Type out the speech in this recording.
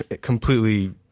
completely